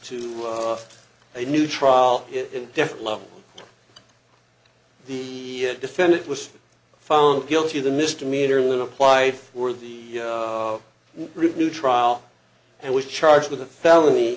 to a new trial in different law the defendant was found guilty of the misdemeanor lynn applied for the new trial and was charged with a felony